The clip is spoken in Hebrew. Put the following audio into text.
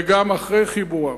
וגם אחרי חיבורם.